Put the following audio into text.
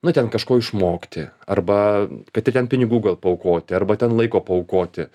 nu ten kažko išmokti arba kad ir ten pinigų gal paaukoti arba ten laiko paaukoti